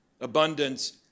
abundance